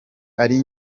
ari